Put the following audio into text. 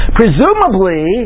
presumably